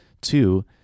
Two